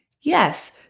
Yes